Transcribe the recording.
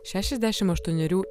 šešiasdešimt aštuonerių